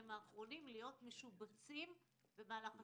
הם האחרונים להיות משובצים במהלך השנה.